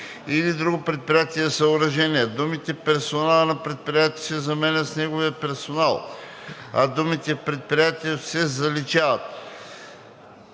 или друго предприятие/съоръжение“, думите „персонала на предприятието“ се заменят с „неговия персонал“, а думите „в предприятието“ се заличават.